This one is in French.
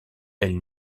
elle